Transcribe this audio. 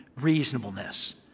reasonableness